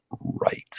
right